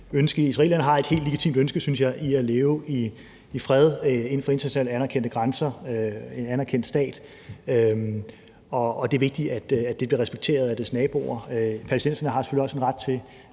ønske. Israelerne har et helt legitimt ønske, synes jeg, om at leve i fred inden for internationalt anerkendte grænser som en anerkendt stat, og det er vigtigt, at det bliver respekteret af dets naboer. Palæstinenserne har selvfølgelig også en ret til